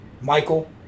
Michael